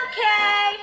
Okay